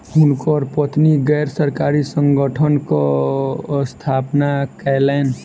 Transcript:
हुनकर पत्नी गैर सरकारी संगठनक स्थापना कयलैन